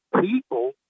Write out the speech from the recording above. people